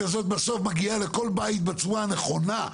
הזאת בסוף מגיעה לכל בית בצורה הנכונה,